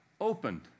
Opened